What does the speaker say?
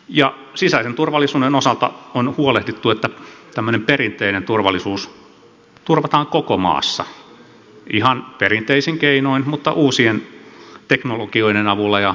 ja sisäisen turvallisuuden osalta on huolehdittu että tämmöinen perinteinen turvallisuus turvataan koko maassa ihan perinteisin keinoin mutta myös uusien teknologioiden avulla ja esimerkiksi digitalisaation avulla